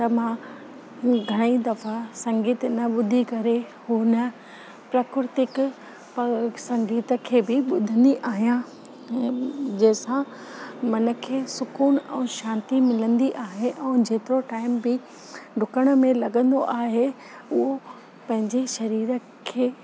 त मां घणेई दफ़ा संगीत न ॿुधी करे हुन प्राकृतिक फ संगीत खे बि ॿुधंदी आहियां ऐं जेसां मन खे सुकून और शांति मिलंदी आहे ऐं जेतिरो टाइम बि डुकण में लॻंदो आहे उहो पंहिंजे शरीर खे